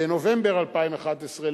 בנובמבר 2011,